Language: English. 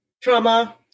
trauma